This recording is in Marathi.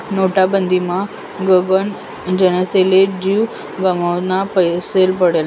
नोटबंदीमा गनच जनसले जीव गमावना पडेल शे